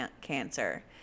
cancer